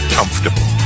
comfortable